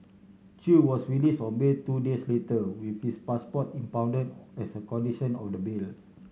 Chew was released on bail two days later with his passport impounded as a condition of the bail